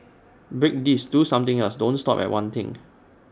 break this do something else don't stop at one thing